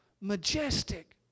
Majestic